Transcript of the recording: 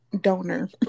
donor